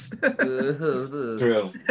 True